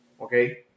Okay